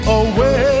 away